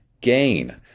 gain